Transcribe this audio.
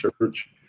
Church